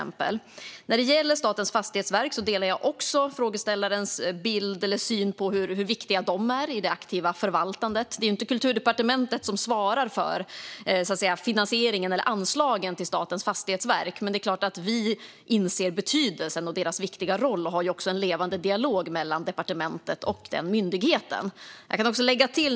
Även när det gäller Statens fastighetsverk delar jag frågeställarens syn på hur viktiga de är för det aktiva förvaltandet. Det är inte Kulturdepartementet som svarar för finansieringen eller anslagen till Statens fastighetsverk, men det är klart att vi inser deras betydelse och ser deras viktiga roll. Departementet och myndigheten har också en levande dialog.